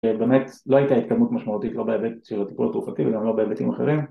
ובאמת לא הייתה התקדמות משמעותית לא בהיבט של הטיפול התרופתי, וגם לא בהיבטים אחרים